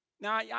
Now